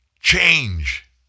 change